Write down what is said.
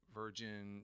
virgin